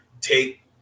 Take